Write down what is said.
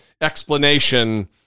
explanation